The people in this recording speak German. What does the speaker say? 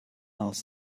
aus